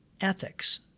ethics